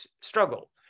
struggle